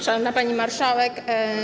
Szanowna Pani Marszałek!